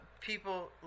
people